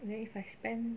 then if I spend